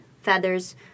Feathers